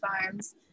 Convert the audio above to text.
Farms